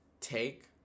take